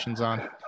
on